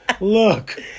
look